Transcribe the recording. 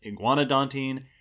iguanodontine